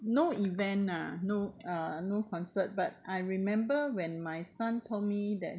no event ah no uh no concert but I remember when my son told me that